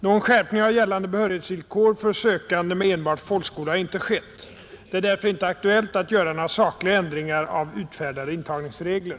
Någon skärpning av gällande behörighetsvillkor för sökande med enbart folkskola har inte skett. Det är därför inte aktuellt att göra några sakliga förändringar av utfärdade intagningsregler.